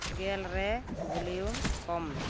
ᱜᱮᱞ ᱨᱮ ᱵᱷᱚᱞᱤᱭᱩᱢ ᱠᱚᱢ ᱢᱮ